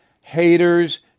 haters